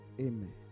Amen